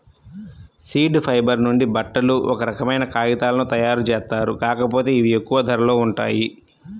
seed fibre నుంచి బట్టలు, ఒక రకమైన కాగితాలను తయ్యారుజేత్తారు, కాకపోతే ఇవి ఎక్కువ ధరలో ఉంటాయి